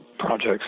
projects